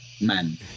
men